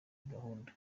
gahunda